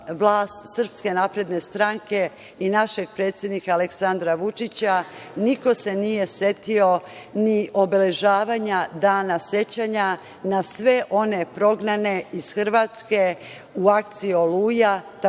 dolaska na vlast SNS i našeg predsednik Aleksandra Vučića niko se nije setio ni obeležavanja dana sećanja na sve one prognane iz Hrvatske u akciji „Oluja“,